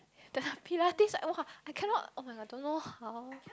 the pilates !wah! I cannot oh-my-god don't know how